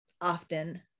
often